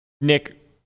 nick